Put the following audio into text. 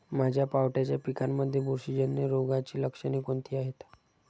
माझ्या पावट्याच्या पिकांमध्ये बुरशीजन्य रोगाची लक्षणे कोणती आहेत?